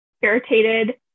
irritated